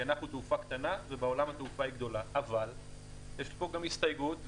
אבל יש פה גם הסתייגות,